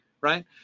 right